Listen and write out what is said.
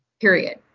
period